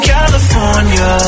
California